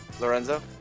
Lorenzo